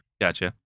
gotcha